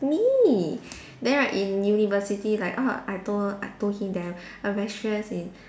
me then right in university like oh I told I told him that I I very stressed in